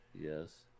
Yes